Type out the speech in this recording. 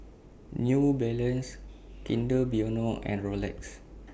New Balance Kinder Bueno and Rolex